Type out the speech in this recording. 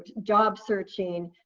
job searching,